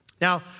Now